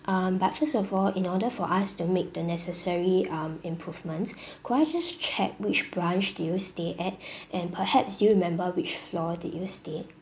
um but first of all in order for us to make the necessary um improvements could I just check which branch did stay at and perhaps do you remember which floor did you stayed